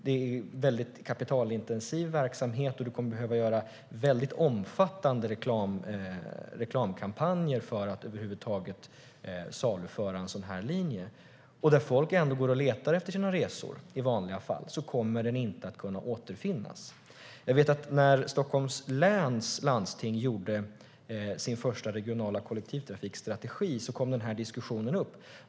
Det är en kapitalintensiv verksamhet, och man kommer att behöva göra omfattande reklamkampanjer för att över huvud taget saluföra en sådan här linje. Där folk ändå går och letar efter sina resor i vanliga fall kommer den inte att kunna återfinnas. När Stockholms läns landsting gjorde sin första regionala kollektivtrafikstrategi kom denna diskussion upp.